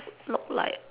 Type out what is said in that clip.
look like